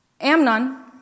Amnon